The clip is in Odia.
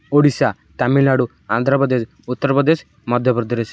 ଓଡ଼ିଶା ତାମିଲନାଡ଼ୁ ଆନ୍ଧ୍ରପ୍ରଦେଶ ଉତ୍ତରପ୍ରଦେଶ ମଧ୍ୟପ୍ରଦେଶ